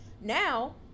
Now